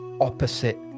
opposite